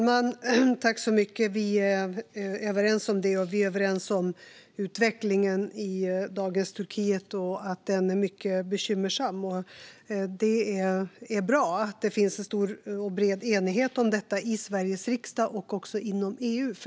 Fru talman! Vi är överens om det och om att utvecklingen i dagens Turkiet är mycket bekymmersam. Det är bra att det finns en bred enighet om detta i både Sveriges riksdag och EU.